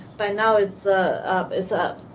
by now, it's a it's a